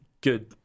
good